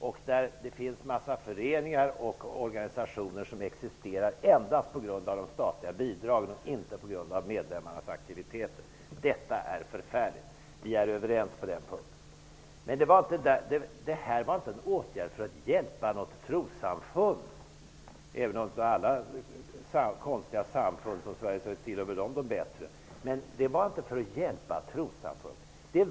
Det finns en massa föreningar och organisationer som existerar endast på grund av de statliga bidragen och inte på grund av medlemmarnas aktiviteter. Detta är förfärligt. Vi är överens på den punkten. Åtgärden var inte tänkt att hjälpa något trossamfund, även om trossamfunden tillhör de bättre av alla konstiga samfund i Sverige.